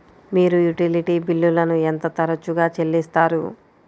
మీరు యుటిలిటీ బిల్లులను ఎంత తరచుగా చెల్లిస్తారు?